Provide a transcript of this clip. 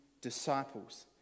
disciples